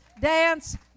dance